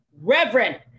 Reverend